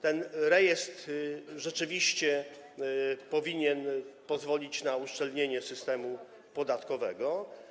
Ten rejestr rzeczywiście powinien pozwolić na uszczelnienie systemu podatkowego.